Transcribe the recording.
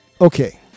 Okay